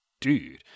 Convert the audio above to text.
dude